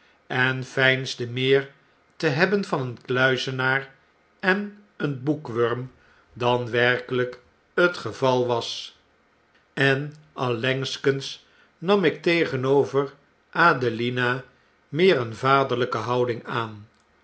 en veinsde meer te hebben van een kluizenaar en een boekwurm dan werkelyk het geval was en allengskens nam ik tegenover adelina meer een vaderlyke houding aan